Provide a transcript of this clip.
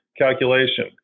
calculation